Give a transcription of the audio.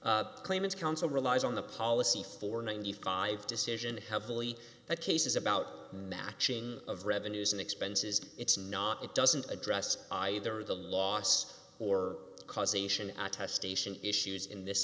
to claimants council relies on the policy for ninety five decision heavily that cases about matching of revenues and expenses it's not it doesn't address either the loss or causation attestation issues in this